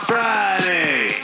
Friday